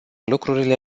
lucrurile